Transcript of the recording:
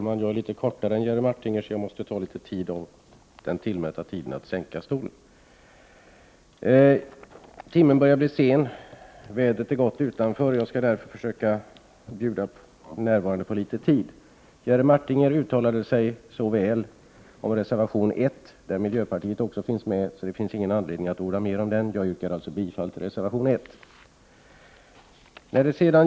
Herr talman! Timmen börjar bli sen och vädret utanför är vackert. Jag skall därför försöka bjuda de närvarande på litet tid. Jerry Martinger uttalade sig så väl om reservation nr 1, som också miljöpartiet stödjer. Därför finns det inte någon anledning att orda mer om den. Jag yrkar alltså bifall till reservation nr 1.